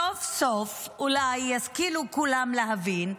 סוף-סוף אולי ישכילו כולם להבין,